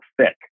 thick